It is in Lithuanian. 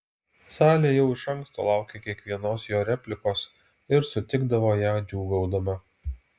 salė jau iš anksto laukė kiekvienos jo replikos ir sutikdavo ją džiūgaudama